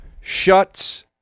shuts